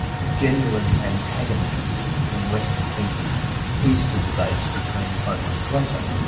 the genuine antagonism in western thinking is the debate between homer and plato.